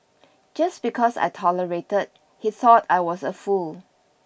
just because I tolerated he thought I was a fool